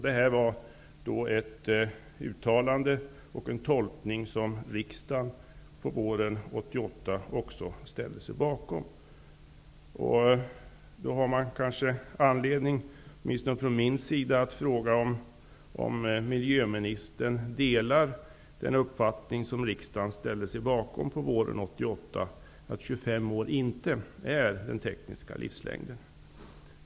Detta var ett uttalande och en tolkning som riksdagen på våren 1988 också ställde sig bakom. Då har åtminstone jag anledning att fråga: Delar miljöministern den uppfattning som riksdagen ställde sig bakom våren 1988, att 25 år inte är den tekniska livslängden?